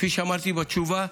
כפי שאמרתי בתשובה,